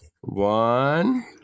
one